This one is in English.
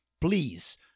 please